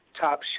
top